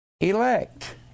Elect